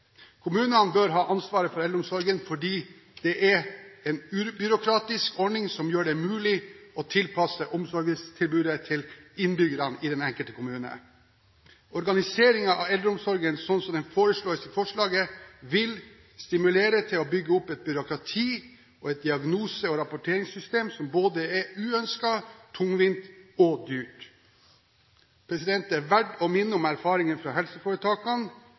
Kommunene bør ha ansvaret for eldreomsorgen, fordi det er en ubyråkratisk ordning som gjør det mulig å tilpasse omsorgstilbudet til innbyggerne i den enkelte kommune. Organiseringen av eldreomsorgen slik som det foreslås, vil stimulere til å bygge opp et byråkrati og et diagnose- og rapporteringssystem som både er uønsket, tungvint og dyrt. Det er verdt å minne om erfaringene fra helseforetakene.